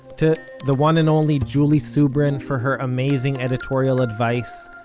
to the one and only julie subrin for her amazing editorial advice,